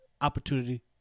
opportunity